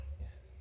yes